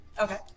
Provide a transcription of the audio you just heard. Okay